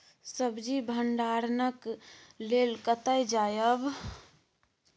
सब्जी के भंडारणक लेल कतय जायब?